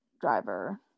driver